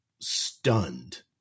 stunned